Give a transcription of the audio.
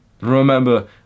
Remember